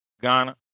Ghana